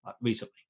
recently